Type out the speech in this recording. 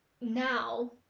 now